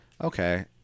Okay